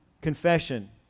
confession